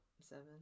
Seven